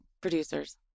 producers